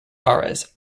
aires